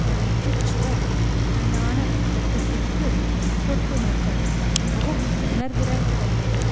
வயிற்று சுவர் மென்மையான அழுத்தத்திற்கு தொட்டுணர்தல் மிகவும் உணர்திறன் கொண்டது